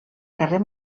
carrer